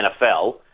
NFL